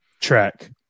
track